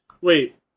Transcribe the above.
Wait